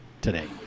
today